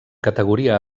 categoria